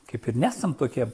kaip ir nesam tokie